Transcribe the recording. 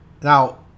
now